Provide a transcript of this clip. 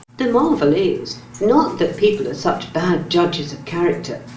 the marvel is, not that people are such bad judges of character,